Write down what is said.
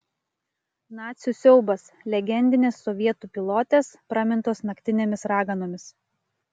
nacių siaubas legendinės sovietų pilotės pramintos naktinėmis raganomis